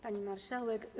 Pani Marszałek!